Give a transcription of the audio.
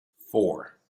four